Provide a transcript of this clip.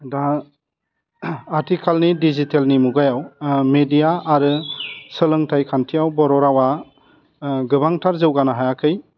दा आथिखालनि दिजिटेलनि मुगायाव मेडिया आरो सोलोंथाइ खान्थियाव बर' रावा गोबांथार जौगानो हायाखै